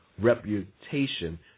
reputation